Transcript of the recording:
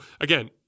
again